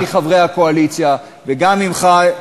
גם מחברי הקואליציה וגם ממך,